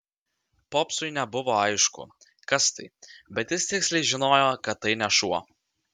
popsui nebuvo aišku kas tai bet jis tiksliai žinojo kad tai ne šuo